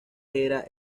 era